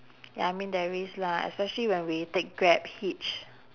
ya I mean there's lah especially when we take grab hitch